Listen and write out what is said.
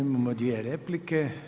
Imamo dvije replike.